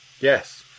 Yes